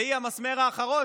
והיא המסמר האחרון,